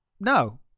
no